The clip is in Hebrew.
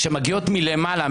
שמגיעות מלמעלה,